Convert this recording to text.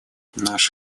наш